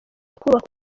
kubaka